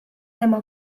liema